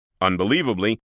Unbelievably